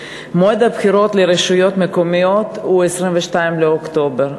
מועד הבחירות לרשויות המקומיות הוא 22 באוקטובר.